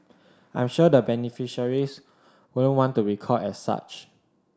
I'm sure the beneficiaries wouldn't want to be called as such